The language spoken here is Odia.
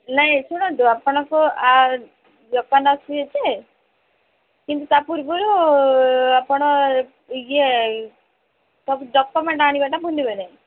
ନାଇଁ ଶୁଣନ୍ତୁ ଆପଣଙ୍କ ଦୋକାନ ଆସିବେ ଯେ କିନ୍ତୁ ତା ପୂର୍ବରୁ ଆପଣ ଏହି ସବୁ ଡକମେଣ୍ଟ ଆଣିବାଟା ଭୁଲିବେନି